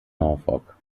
norfolk